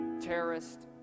terrorist